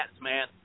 man